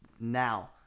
now